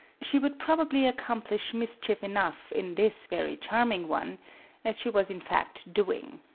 she would probably accomplish mischief enough in this very charming one as she was in fact doing.